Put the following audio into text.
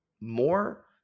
more